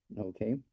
Okay